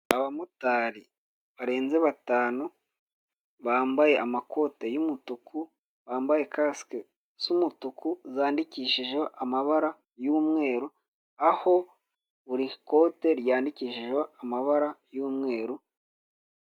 Abamotari barenze batanu bambaye amakote y'umutuku, bambaye kasike z'umutuku, zandikishijeho amabara y'umweru, aho buri kote ryandikishijeho amabara y'umweru.